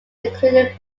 included